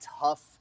tough